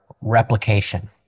replication